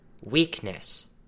weakness